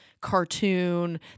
cartoon